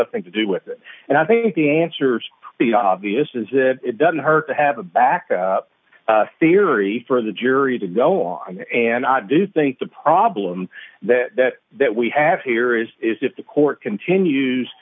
nothing to do with it and i think the answer's the obvious is that it doesn't hurt to have a backup theory for the jury to go on and i do think the problem that that that we have here is is if the court continues